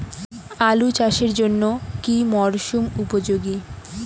আলু চাষের জন্য কি মরসুম উপযোগী?